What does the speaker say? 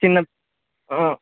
చిన్న